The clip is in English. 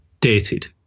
dated